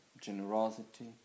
generosity